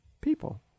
people